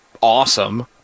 awesome